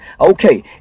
Okay